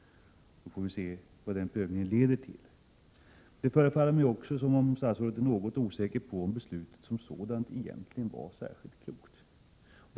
Vi får se vad en sådan prövning leder till. Det förefaller mig också som om statsrådet är något osäker på om beslutet som sådant egentligen var särskilt klokt.